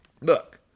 Look